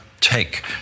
take